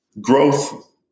growth